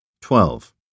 twelve